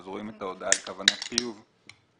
רואים את ההודעה ככוונת חיוב כדרישת